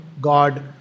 God